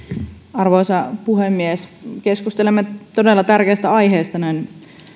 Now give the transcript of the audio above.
arvoisa puhemies keskustelemme todella tärkeistä aiheista näin